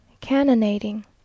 Cannonading